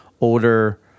older